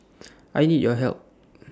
I need your help